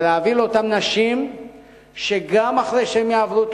זה להעביר לאותן נשים שגם אחרי שהן יעברו את